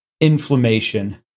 inflammation